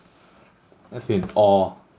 left you in awe